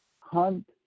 hunt